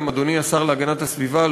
אדוני השר להגנת הסביבה,